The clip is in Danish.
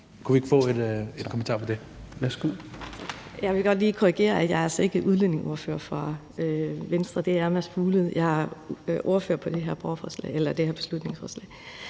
Kl. 10:47 Anne Rasmussen (V): Jeg vil godt lige korrigere. Jeg er altså ikke udlændingeordfører for Venstre. Det er Mads Fuglede. Jeg er ordfører på det her beslutningsforslag.